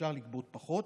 אפשר לגבות גם פחות.